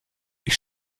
ich